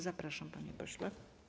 Zapraszam, panie pośle.